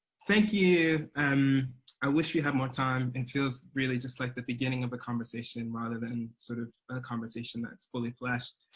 thank you. and i wish we had more time, it feels really just like the beginning of a conversation, rather than sort of a conversation that's fully-fleshed.